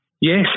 Yes